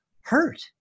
hurt